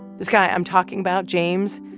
this guy i'm talking about, james,